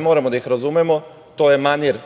Moramo da ih razumemo, jer to je manir